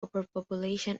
overpopulation